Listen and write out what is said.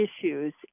issues